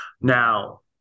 Now